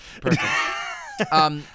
Perfect